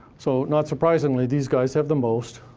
so not surprisingly, these guys have the most,